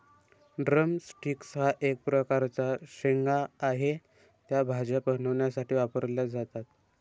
drum sticks हा एक प्रकारचा शेंगा आहे, त्या भाज्या बनवण्यासाठी वापरल्या जातात